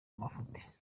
mafuti